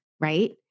right